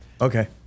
Okay